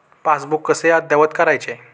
Passbook कसे अद्ययावत करायचे?